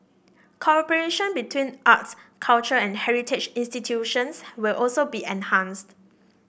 cooperation between arts culture and heritage institutions will also be enhanced